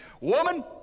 Woman